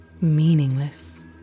meaningless